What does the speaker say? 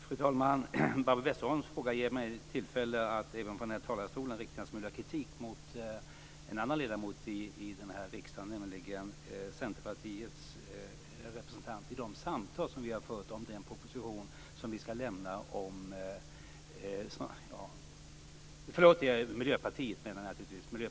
Fru talman! Barbro Westerholms fråga ger mig tillfälle att även från denna talarstol rikta en smula kritik mot en annan ledamot i denna riksdag, nämligen Miljöpartiets representant i de samtal som vi har fört om den proposition som vi skall lägga fram den 28 maj.